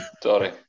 Sorry